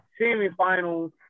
semifinals